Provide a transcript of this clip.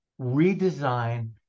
redesign